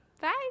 Bye